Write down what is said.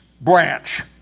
branch